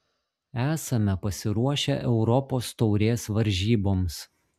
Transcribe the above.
esame pasiruošę europos taurės varžyboms